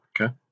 okay